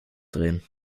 drehen